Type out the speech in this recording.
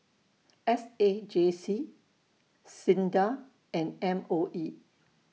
S A J C SINDA and M O E